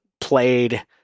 played